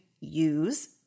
use